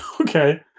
Okay